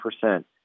percent